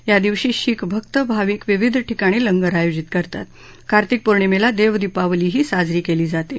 या दिवशी शीख भक्त भाविक विविध ठिकाणी लंगर आयोजित करतात कार्तिक पौर्णिमेला देव दीपावलीही साजरी केली जाते